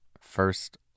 First